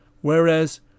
whereas